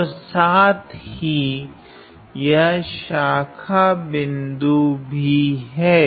और साथ ही यह शाखा बिन्दु भी है